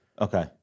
Okay